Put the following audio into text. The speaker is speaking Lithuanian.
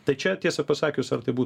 tai čia tiesa pasakius ar tai būtų